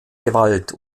gewalt